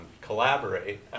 collaborate